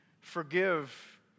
forgive